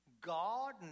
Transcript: God